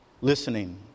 listening